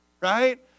right